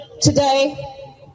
today